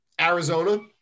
Arizona